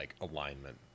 alignment